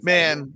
Man